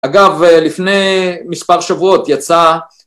אגב, לפני מספר שבועות יצא